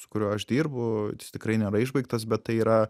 su kuriuo aš dirbu jis tikrai nėra išbaigtas bet tai yra